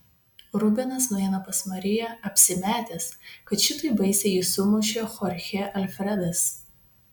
rubenas nueina pas mariją apsimetęs kad šitaip baisiai jį sumušė chorchė alfredas